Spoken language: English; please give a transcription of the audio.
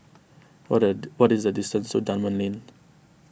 what at what is the distance to Dunman Lane